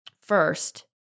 First